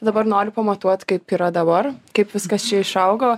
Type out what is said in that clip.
dabar noriu pamatuot kaip yra dabar kaip viskas čia išaugo